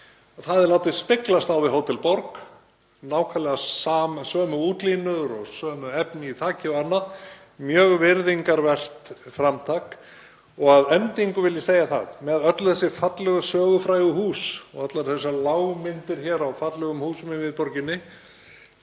Það er látið speglast á við Hótel Borg, nákvæmlega sömu útlínur og sömu efni í þakið og annað, mjög virðingarvert framtak. Að endingu vil ég segja að með öll þessi fallegu sögufrægu hús og allar þessar lágmyndir á fallegum húsum í miðborginni,